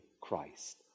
Christ